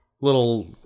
little